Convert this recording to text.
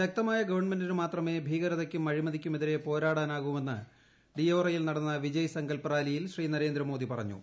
ശക്തമായ ഗവൺമെന്റിനു മാത്രമേ ഭീകരതയ്ക്കും അഴിമതിയ്ക്കുമെതിരെ പോരാടാനാകൂവെന്ന് ഡിയോറയിൽ നടന്ന വിജയ് സങ്കല്പ് റാലിയിൽ ശ്രീ നരേന്ദ്രമോദി പറഞ്ഞു